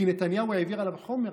שנתניהו העביר עליו חומר,